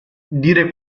dire